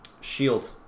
shield